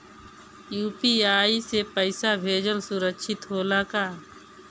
UPI से पैसा भेजल सुरक्षित होला का?